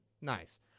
Nice